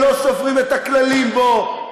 הם לא סופרים את הכללים בו,